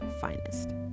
finest